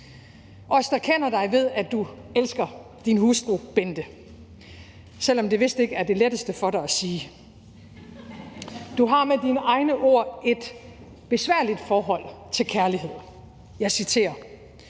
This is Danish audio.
Os, der kender dig, ved, at du elsker din hustru, Bente, selv om det vist ikke er det letteste for dig at sige. Du har med dine egne ord et besværligt forhold til kærlighed – jeg citerer: